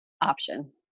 option